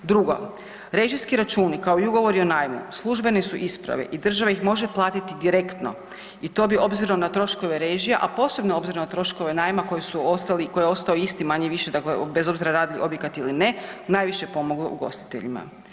Drugo, režijski računi kao i ugovori o najmu službene su isprave i država ih može platiti direktno i to bi obzirom na troškove režija, a posebno obzirom na troškove najma koji je ostao isti manje-više dakle radi li objekat ili ne, najviše pomoglo ugostiteljima.